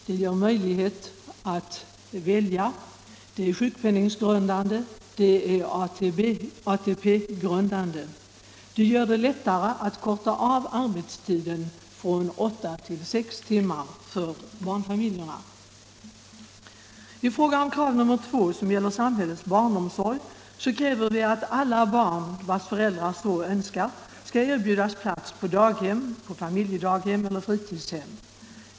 Det ger möjlighet att välja. Det är sjukpenninggrundande. Det är ATP-grundande. Det gör det lättare att korta av arbetstiden från åtta till sex timmar för barnfamiljerna. Vårt krav nr 2, som gäller samhällets barnomsorg, är att alla barn vars föräldrar så önskar skall erbjudas plats på daghem, familjedaghem eller fritidshem.